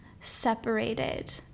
separated